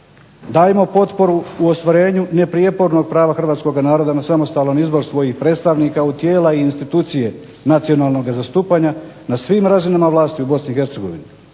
Dajmo potporu u ostvarenju neprijepornog prava hrvatskoga naroda na samostalan izbor svojih predstavnika u tijela i institucije nacionalnoga zastupanja na svim razinama vlasti u BiH.